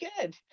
good